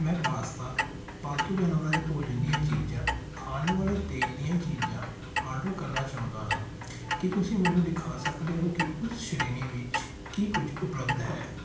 ਮੈਂ ਪਾਸਤਾ ਪਾਲਤੂ ਜਾਨਵਰਾਂ ਦੇ ਭੋਜਨ ਦੀਆਂ ਚੀਜ਼ਾਂ ਖਾਣ ਵਾਲੇ ਤੇਲ ਦੀਆਂ ਚੀਜ਼ਾਂ ਆਡਰ ਕਰਨਾ ਚਾਹੁੰਦਾ ਹਾਂ ਕੀ ਤੁਸੀਂ ਮੈਨੂੰ ਦਿਖਾ ਸਕਦੇ ਹੋ ਕਿ ਉਸ ਸ਼੍ਰੇਣੀ ਵਿੱਚ ਕੀ ਕੁਝ ਉਪਲੱਬਧ ਹੈ